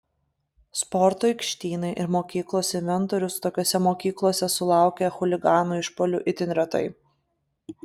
sporto aikštynai ir mokyklos inventorius tokiose mokyklose sulaukia chuliganų išpuolių itin retai